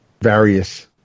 various